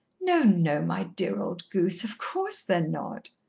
no, no, my dear old goose. of course they're not.